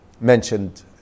mentioned